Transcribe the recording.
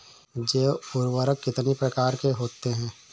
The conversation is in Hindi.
जैव उर्वरक कितनी प्रकार के होते हैं?